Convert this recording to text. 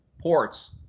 ports